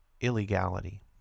illegality